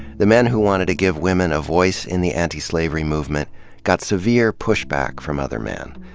the men who wanted to give women a voice in the antislavery movement got severe pushback from other men.